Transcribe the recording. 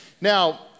Now